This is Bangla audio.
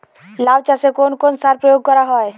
লাউ চাষে কোন কোন সার প্রয়োগ করা হয়?